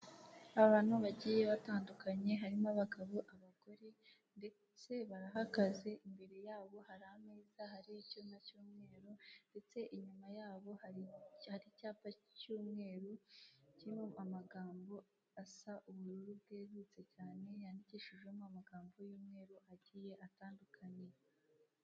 Abantu bagiye batandukanye harimo abagabo, abagore, ndetyse barahagaze, imbere yabo hari ameza hariho icyuma cy'umweru, ndetse inyuma yabo hari icyapa cy'umweru kiriho amagambo asa ubururu bwerurutse cyane, yandikishijemo amagambo y'umweru agiye atandukanye.